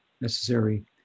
necessary